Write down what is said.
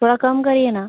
थोड़ा कम करिए ना